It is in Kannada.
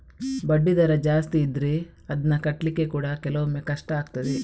ಬಡ್ಡಿ ದರ ಜಾಸ್ತಿ ಇದ್ರೆ ಅದ್ನ ಕಟ್ಲಿಕ್ಕೆ ಕೂಡಾ ಕೆಲವೊಮ್ಮೆ ಕಷ್ಟ ಆಗ್ತದೆ